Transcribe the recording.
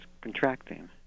contracting